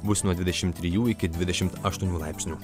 bus nuo dvidešim trijų iki dvidešim aštuonių laipsnių